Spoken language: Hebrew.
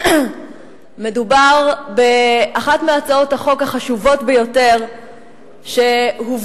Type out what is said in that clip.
מדובר באחת מהצעות החוק החשובות ביותר שהובלו